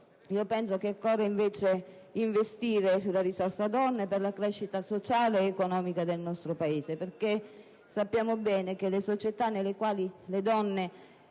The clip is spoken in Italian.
penso che occorra invece investire sulla risorsa donne per la crescita sociale ed economica del nostro Paese. Sappiamo bene, infatti, che le società nelle quali le donne